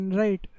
right